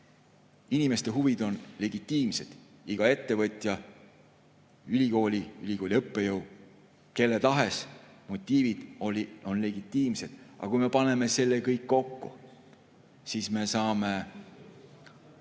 inimeste huvid on legitiimsed. Iga ettevõtja, ülikooli õppejõu, kelle tahes motiivid on legitiimsed. Aga kui me paneme selle kõik kokku, siis me saame